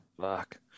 Fuck